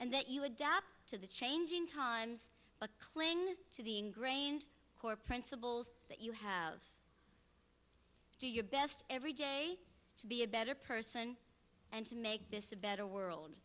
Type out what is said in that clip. and that you adapt to the changing times but cling to the ingrained core principles that you have to do your best every day to be a better person and to make this a better world